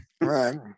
Right